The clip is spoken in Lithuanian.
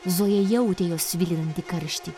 zoja jautė jo svilinantį karštį